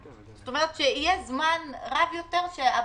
זאת אומרת שיהיה זמן רב יותר שהבנק